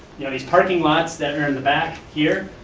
you know these parking lots that are in the back here,